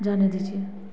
जाने दीजिए